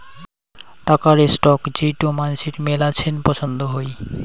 টাকার স্টক যেইটো মানসির মেলাছেন পছন্দ হই